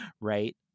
Right